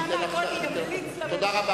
ההסכם הקואליציוני זה שהשולחן העגול ימליץ לממשלה,